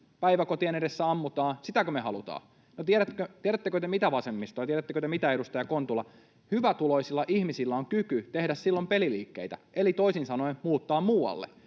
päiväkotien edessä ammutaan? Sitäkö me halutaan? No tiedättekö te mitä, vasemmisto, ja tiedättekö te mitä, edustaja Kontula: hyvätuloisilla ihmisillä on kyky tehdä silloin peliliikkeitä eli toisin sanoen muuttaa muualle.